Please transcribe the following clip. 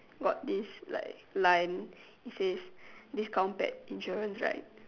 got this like line it says discount pack insurance right